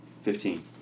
fifteen